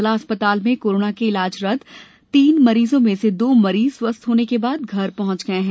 जिला चिकित्सालय में कोरोना के इलाजरत तीन मरीजों में से दो मरीज स्वस्थ होने के बाद घर पहुंच गये हैं